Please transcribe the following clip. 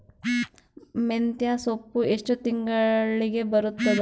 ಮೆಂತ್ಯ ಸೊಪ್ಪು ಎಷ್ಟು ತಿಂಗಳಿಗೆ ಬರುತ್ತದ?